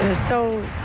so